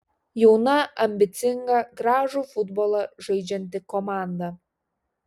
jauna ambicinga gražų futbolą žaidžianti komanda